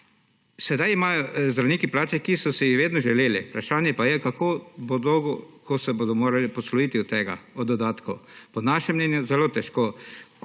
Sedaj imajo zdravniki plači, ki so jih vedno želeli. Vprašanje pa je, kako bo, ko se bodo morali posloviti od tega, od dodatkov. Po našem mnenju zelo težko.